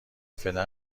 فعلا